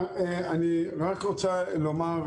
אני רק רוצה לומר,